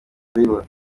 villa